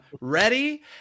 ready